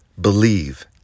believe